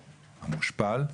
המושפל,